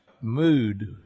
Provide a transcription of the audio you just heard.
mood